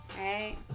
Right